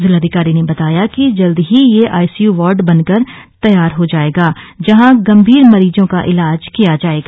जिलाधिकारी ने बताया कि जल्द ही ये आईसीयू वार्ड बनकर तैयार हो जाएगा और जहां गंभीर मरीजों का इलाज किया जाएगा